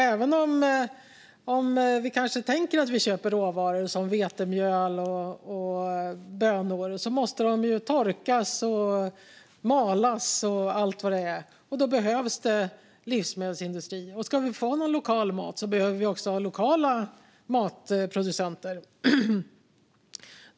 Även om vi kanske tänker att vi köper råvaror, som vetemjöl eller bönor, måste de ju torkas, malas och allt vad det är, och då behövs livsmedelsindustrin. Och ska vi få någon lokal mat behöver vi ha lokala matproducenter.